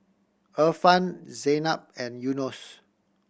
Irfan Zaynab and Yunos